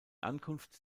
ankunft